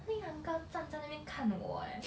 then 一个 uncle 站在那边看我 eh